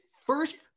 first